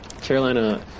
Carolina